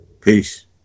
Peace